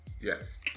Yes